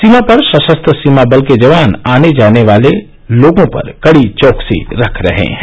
सीमा पर सशस्त्र सीमा बल के जवान आने जाने वालों पर कड़ी चौकसी रख रहे हैं